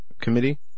Committee